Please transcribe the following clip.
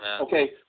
Okay